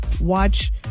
watch